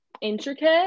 intricate